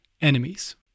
enemies